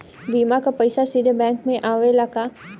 बीमा क पैसा सीधे बैंक में आवेला का?